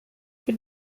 für